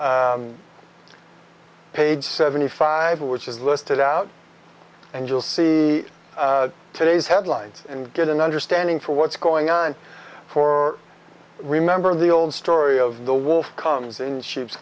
at page seventy five which is listed out and you'll see today's headlines and get an understanding for what's going on for remember the old story of the wolf comes in sh